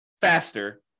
faster